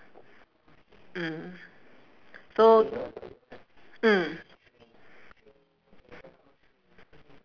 mm so mm